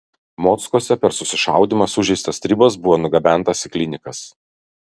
mockuose per susišaudymą sužeistas stribas buvo nugabentas į klinikas